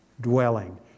dwelling